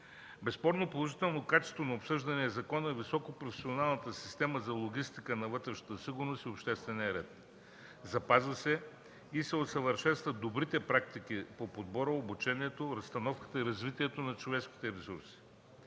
безспорно положително качество на обсъждания закон е високо професионалната система за логистика на вътрешната сигурност и обществения ред. Запазват се и се усъвършенстват добрите практики по подбора, обучението, разстановката и развитието на човешките ресурси.